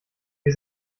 wir